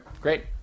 great